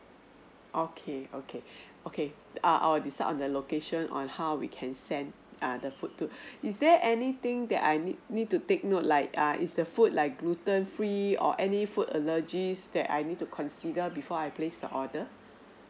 okay okay okay err I'll decide on the location on how we can send err the food to is there anything that I need need to take note like err is the food like gluten free or any food allergies that I need to consider before I place the order